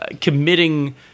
committing